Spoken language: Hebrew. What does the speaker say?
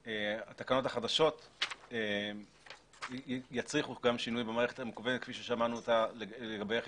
התקנות החדשות יצריכו גם שינוי במערכת המקוונת כפי ששמענו לגבי איך